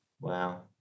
Wow